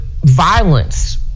violence